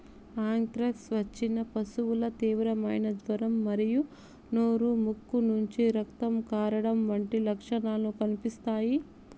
anthrax వచ్చిన పశువుకు తీవ్రమైన జ్వరం మరియు నోరు, ముక్కు నుంచి రక్తం కారడం వంటి లక్షణాలు కనిపిస్తాయి